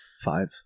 five